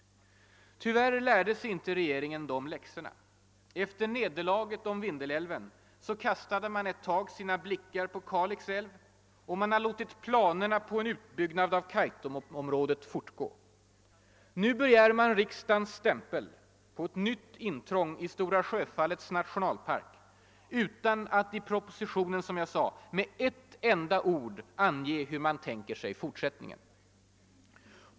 Tyvärr lärde sig inte regeringen de läxorna. Efter nederlaget om VWVindelälven kastade man ett tag sina blickar på Kalix älv, och man har låtit planerna på en utbyggnad av Kaitumområdet fortgå. Nu begär man riksdagens stämpel på ett nytt intrång i Stora Sjöfallets nationalpark utan att i propositionen med ett enda ord ange hur man tänker sig fortsättningen.